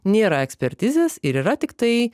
nėra ekspertizės ir yra tiktai